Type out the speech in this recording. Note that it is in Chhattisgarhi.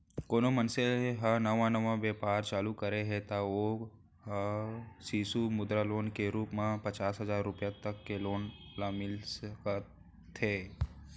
कोनो मनसे ह नवा नवा बेपार चालू करे हे त ओ ह सिसु मुद्रा लोन के रुप म पचास हजार रुपया तक के लोन ओला मिल सकथे